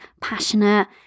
passionate